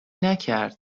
نکرد